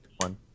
one